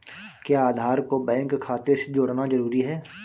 क्या आधार को बैंक खाते से जोड़ना जरूरी है?